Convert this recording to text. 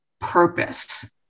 purpose